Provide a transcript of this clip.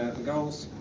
the goals,